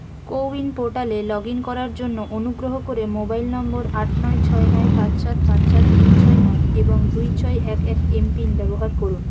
CoWIN পোর্টালে log in করার জন্য অনুগ্রহ করে মোবাইল নম্বর আট নয় ছয় নয় পাঁচ চার পাঁচ চার তিন ছয় নয় এবং দুই ছয় এক এক এম পিন ব্যবহার করুন